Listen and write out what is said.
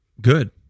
Good